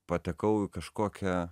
patekau į kažkokią